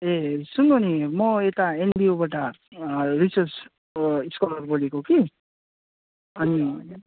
ए सुन्नु नि म ता एनबियूबाट रिसर्चको स्कोलर बोलेको कि अनि